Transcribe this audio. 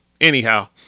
anyhow